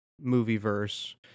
movie-verse